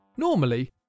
Normally